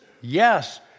Yes